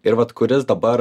ir vat kuris dabar